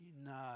no